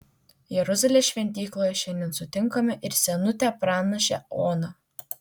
jeruzalės šventykloje šiandien sutinkame ir senutę pranašę oną